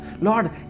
Lord